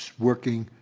working,